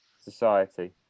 society